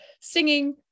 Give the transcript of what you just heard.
singing